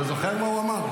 אתה זוכר מה הוא אמר?